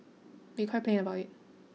be quite plain about it